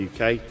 UK